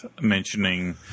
mentioning –